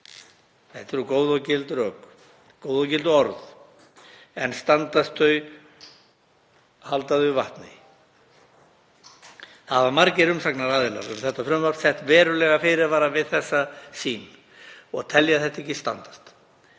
Þetta eru góð og gild rök, góð og gild orð, en standast þau, halda þau vatni? Það hafa margir umsagnaraðilar um þetta frumvarp sett verulega fyrirvara við þessa sýn og telja þetta ekki standast.